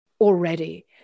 Already